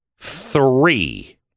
Three